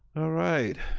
all right,